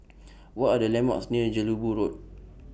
What Are The landmarks near Jelebu Road